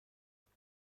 خوای